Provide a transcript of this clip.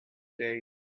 today